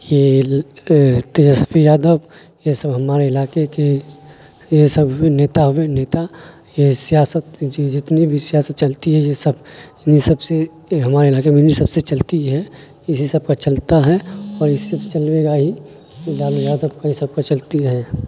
یہ تیجسوی یادو یہ سب ہمارے علاقے کے یہ سب نیتا ہوئے نیتا یہ سیاست جی جتنی بھی سیاست چلتی ہے یہ سب انہیں سب سے ہمارے علاقے میں انہیں سب سے چلتی ہے اسی سب کا چلتا ہے اور اسی سب چلے گا ہی لالو یادو کا یہ سب کا چلتی ہے